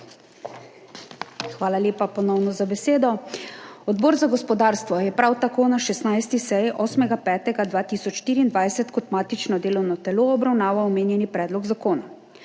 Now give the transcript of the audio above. Hvala lepa, ponovno, za besedo. Odbor za gospodarstvo je prav tako na 16. seji 8. 5. 2024 kot matično delovno telo obravnaval omenjeni predlog zakona.